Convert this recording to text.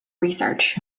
research